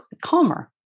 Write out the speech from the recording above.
calmer